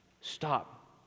stop